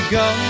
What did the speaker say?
go